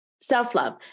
self-love